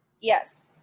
Yes